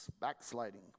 backsliding